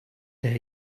dare